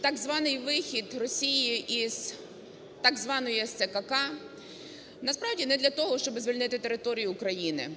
так званий вихід Росії із так званої СЦКК насправді не для того, щоб звільнити територію України